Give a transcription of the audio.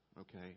okay